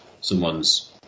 someone's